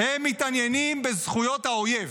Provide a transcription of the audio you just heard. הם מתעניינים בזכויות האויב.